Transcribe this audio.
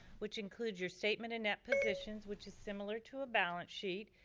which includes your statements and net positions which is similar to a balance sheet.